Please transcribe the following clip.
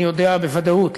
אני יודע בוודאות,